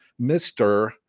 Mr